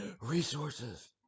resources